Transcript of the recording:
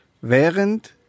Während